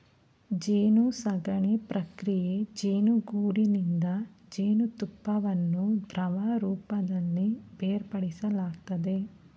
ಜೇನುಸಾಕಣೆ ಪ್ರಕ್ರಿಯೆ ಜೇನುಗೂಡಿನಿಂದ ಜೇನುತುಪ್ಪವನ್ನು ದ್ರವರೂಪದಲ್ಲಿ ಬೇರ್ಪಡಿಸಲಾಗ್ತದೆ